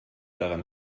daran